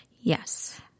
Yes